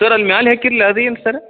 sir ಅಲ್ಲಿ ಮ್ಯಾಲೆ ಹಾಕಿದಿರಲ್ಲ ಅದು ಏನು ಸರ್